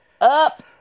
up